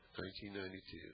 1992